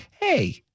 hey